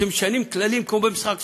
שמשנים כללים כמו במשחק שחמט.